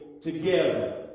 together